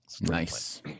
Nice